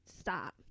stop